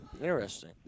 Interesting